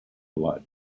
blood